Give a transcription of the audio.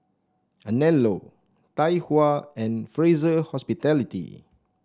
Anello Tai Hua and Fraser Hospitality